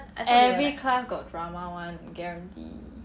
every class got drama [one] guarantee